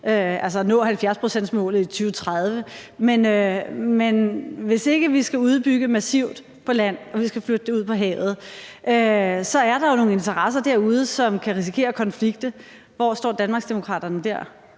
om at nå 70-procentsmålet i 2030. Men hvis ikke vi skal udbygge massivt på land, men flytte det ud på havet, så er der jo nogle interesser derude, som kan risikere at konflikte. Hvor står Danmarksdemokraterne dér?